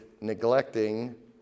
neglecting